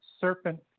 serpent